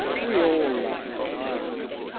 we all love retirement.